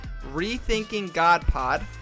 RETHINKINGGODPOD